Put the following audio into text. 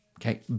okay